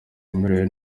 amerewe